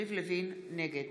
נגד